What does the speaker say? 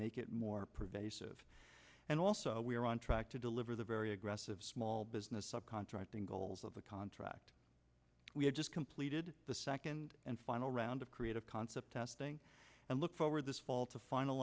make it more pervasive and also we are on track to deliver the very aggressive small business of contracting goals of the contract we have just completed the second and final round of creative concept testing and look forward this fall to final